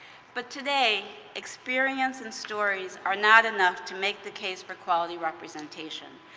but today, experience and stories are not enough to make the case for quality representation.